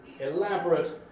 elaborate